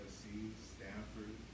Stanford